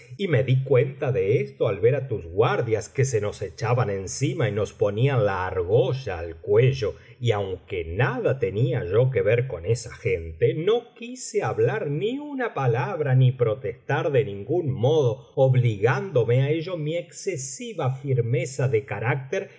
y me di cuenta de esto al ver á tus guardias que se nos echaban encima y nos ponían la argolla al cuello y aunque nada tenía yo que ver con esa gente no quise hablar ni una palabra ni protestar de ningún modo obligándome á ello mi excesiva firmeza de carácter